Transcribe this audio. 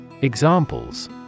Examples